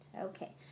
Okay